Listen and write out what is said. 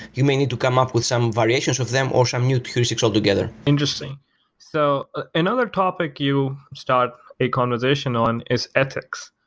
you may need to come up with some variations of them or some new heuristics altogether another so ah another topic you start a conversation on is ethics.